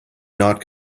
not